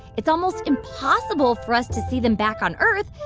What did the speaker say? it's almost impossible for us to see them back on earth.